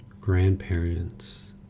grandparents